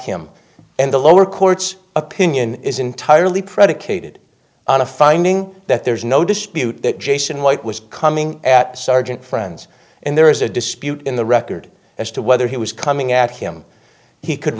him and the lower court's opinion is entirely predicated on a finding that there is no dispute that jason white was coming at sergeant friends and there is a dispute in the record as to whether he was coming at him he could